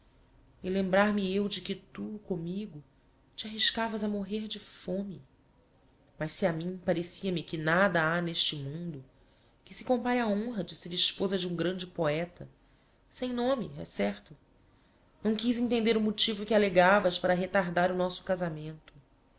e lembrar-me eu de que tu commigo te arriscavas a morrer de fome mas se a mim parecia-me que nada ha n'este mundo que se compare á honra de ser esposa de um grande poeta sem nome é certo não quiz intender o motivo que alegavas para retardar o nosso casamento